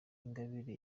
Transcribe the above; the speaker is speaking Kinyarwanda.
ingabire